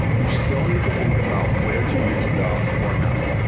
you still need to think about where to use the or not.